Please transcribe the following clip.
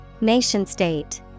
Nation-state